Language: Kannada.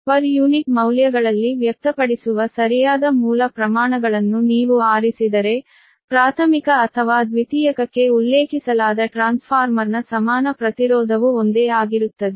ಪ್ರತಿ ಯೂನಿಟ್ ಮೌಲ್ಯಗಳಲ್ಲಿ ವ್ಯಕ್ತಪಡಿಸುವ ಸರಿಯಾದ ಮೂಲ ಪ್ರಮಾಣಗಳನ್ನು ನೀವು ಆರಿಸಿದರೆ ಪ್ರಾಥಮಿಕ ಅಥವಾ ದ್ವಿತೀಯಕಕ್ಕೆ ಉಲ್ಲೇಖಿಸಲಾದ ಟ್ರಾನ್ಸ್ಫಾರ್ಮರ್ನ ಸಮಾನ ಪ್ರತಿರೋಧವು ಒಂದೇ ಆಗಿರುತ್ತದೆ